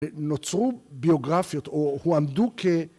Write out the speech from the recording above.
נוצרו ביוגרפיות, או הועמדו כ...